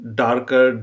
darker